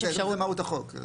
יש אפשרות --- זה מהות החוק.